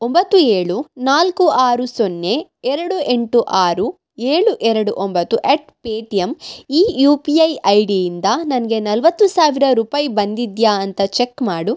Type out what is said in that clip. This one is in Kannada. ಒಂಬತ್ತು ಏಳು ನಾಲ್ಕು ಆರು ಸೊನ್ನೆ ಎರಡು ಎಂಟು ಆರು ಏಳು ಎರಡು ಒಂಬತ್ತು ಅಟ್ ಪೇಟಿಎಮ್ ಈ ಯು ಪಿ ಐ ಐ ಡಿಯಿಂದ ನನಗೆ ನಲ್ವತ್ತು ಸಾವಿರ ರೂಪಾಯಿ ಬಂದಿದೆಯಾ ಅಂತ ಚೆಕ್ ಮಾಡು